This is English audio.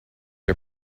are